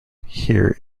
here